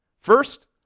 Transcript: First